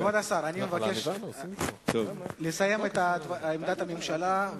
אני מבקש לסיים את עמדת הממשלה.